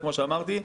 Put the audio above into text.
כמו שאמרתי,